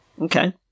Okay